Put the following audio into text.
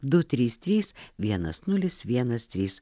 du trys trys vienas nulis vienas trys